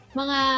mga